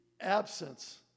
absence